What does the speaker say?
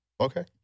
Okay